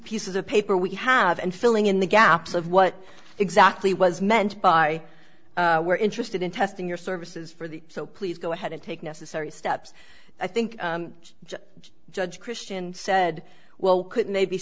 pieces of paper we have and filling in the gaps of what exactly was meant by we're interested in testing your services for the so please go ahead and take necessary steps i think judge christian said well couldn't they be